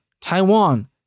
taiwan